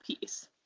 piece